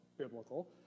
biblical